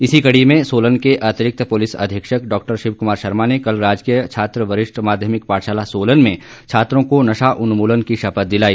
इसी कड़ी में सोलन के अतिरिक्त पुलिस अधीक्षक डॉ शिव कुमार शर्मा ने कल राजकीय छात्र वरिष्ठ माध्यमिक पाठशाला सोलन में छात्रों को नशा उन्मूलन की शपथ दिलाई